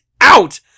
out